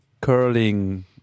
curling